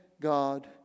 God